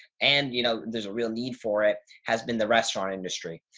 and you know, there's a real need for it has been the restaurant industry.